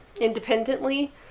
independently